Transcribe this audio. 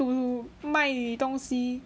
to 卖东西